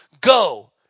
Go